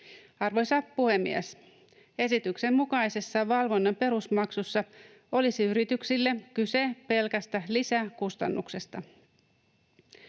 Arvoisa puhemies! Esityksen mukaisessa valvonnan perusmaksussa olisi yrityksille kyse pelkästä lisäkustannuksesta.